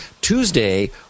Tuesday